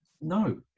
no